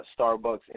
Starbucks